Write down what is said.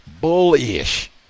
bullish